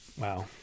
wow